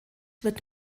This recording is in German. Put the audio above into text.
wird